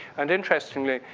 and interestingly,